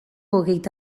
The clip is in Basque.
hogeita